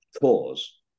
cause